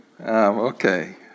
okay